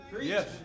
Yes